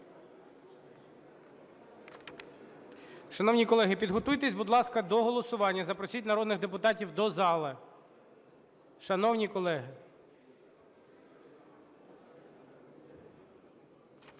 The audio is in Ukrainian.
Шановні колеги, підготуйтесь, будь ласка, до голосування. Запросіть народних депутатів до зали. Шановні колеги!